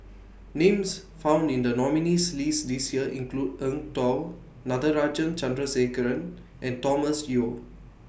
Names found in The nominees' list This Year include Eng Tow Natarajan Chandrasekaran and Thomas Yeo